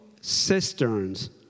cisterns